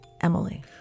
Emily